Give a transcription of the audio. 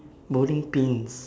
bowling pins